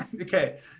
Okay